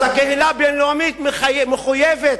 אז הקהילה הבין-לאומית מחויבת,